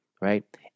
right